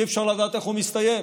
אי-אפשר לדעת איך הוא מסתיים.